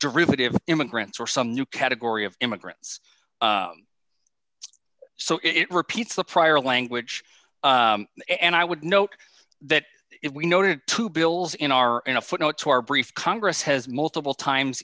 derivative immigrants or some new category of immigrants so it repeats the prior language and i would note that if we noted two bills in our in a footnote to our brief congress has multiple times